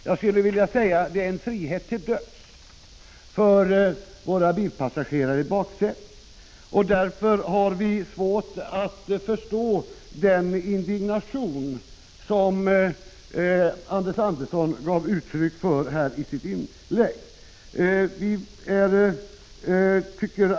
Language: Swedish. Jag skulle vilja säga att de talar för en frihet till döds för bilpassagerarna i baksätet. Därför har vi svårt att förstå den indignation som Anders Andersson gav uttryck för i sitt inlägg.